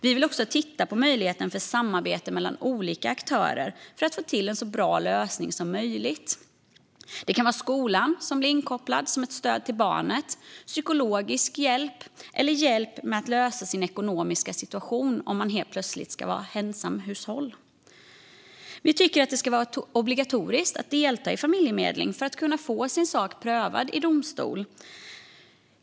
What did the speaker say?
Vi vill också titta på möjligheten till samarbete mellan olika aktörer för att få till en så bra lösning som möjligt. Det kan vara skolan som blir inkopplad som ett stöd till barnet, psykologisk hjälp eller hjälp med att lösa sin ekonomiska situation om man helt plötsligt ska vara ensamhushåll. Vi tycker att det ska vara obligatoriskt att delta i familjemedling för att kunna få sin sak prövad i domstol.